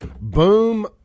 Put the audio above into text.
boom